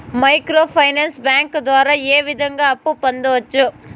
micro finance bank ద్వారా ఏ విధంగా అప్పు పొందొచ్చు